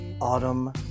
Autumn